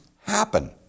happen